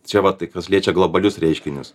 čia va tai kas liečia globalius reiškinius